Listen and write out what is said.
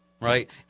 right